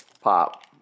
pop